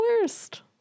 worst